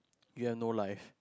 you have no life